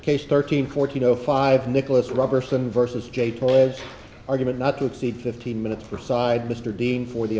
case thirteen fourteen zero five nicholas roberson vs j toys argument not to exceed fifteen minutes per side mr dean for the